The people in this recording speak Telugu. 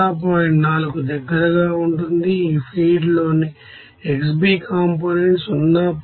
4కు దగ్గరగా ఉంటుందిఈ ఫీడ్ లోని xBకాంపోనెంట్ 0